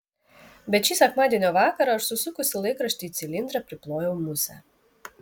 bet šį sekmadienio vakarą aš susukusi laikraštį į cilindrą priplojau musę